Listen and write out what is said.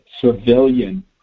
civilian